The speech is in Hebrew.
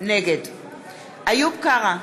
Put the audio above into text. נגד איוב קרא,